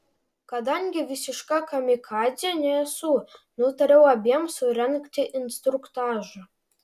kadangi visiška kamikadzė nesu nutariau abiem surengti instruktažą